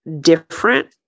different